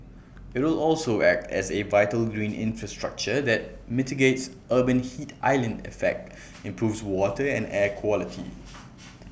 IT will also act as A vital green infrastructure that mitigates urban heat island effect improves water and air quality